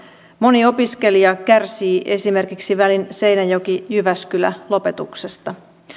moni opiskelija kärsii esimerkiksi välin seinäjoki jyväskylä lopetuksesta